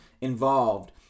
involved